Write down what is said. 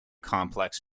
complex